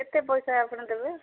କେତେ ପଇସା ଆପଣ ଦେବେ